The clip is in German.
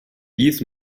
dies